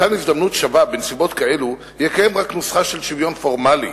מתן הזדמנות שווה בנסיבות כאלו יקיים רק נוסחה של שוויון פורמלי,